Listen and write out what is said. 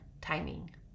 timing